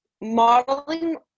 modeling